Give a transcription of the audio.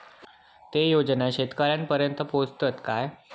ते योजना शेतकऱ्यानपर्यंत पोचतत काय?